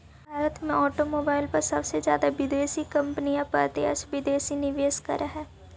भारत में ऑटोमोबाईल पर सबसे जादा विदेशी कंपनियां प्रत्यक्ष विदेशी निवेश करअ हई